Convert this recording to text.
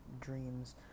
dreams